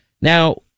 now